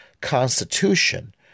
Constitution